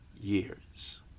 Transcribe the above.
years